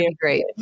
great